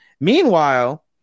meanwhile